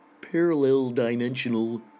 parallel-dimensional